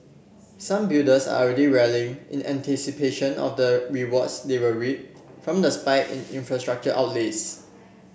some builders are already rallying in anticipation of the rewards they will reap from the spike in infrastructure outlays